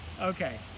Okay